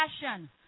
passion